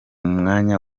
mwanya